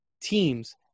teams